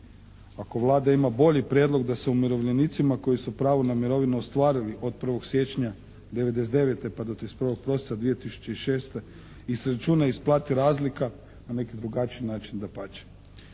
Ako Vlada ima bolji prijedlog da se umirovljenicima koji su pravo na mirovinu ostvarili od 1. siječnja '99. pa do 31. prosinca 2006. izračuna i isplati razlika na neki drugi način. Dapače,